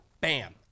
bam